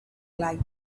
like